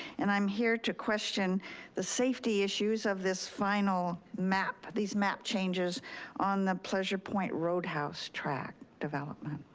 and i'm here to question the safety issues of this final map, these map changes on the pleasure point roadhouse track development.